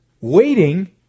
waiting